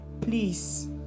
Please